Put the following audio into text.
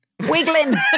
Wiggling